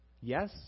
Yes